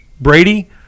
Brady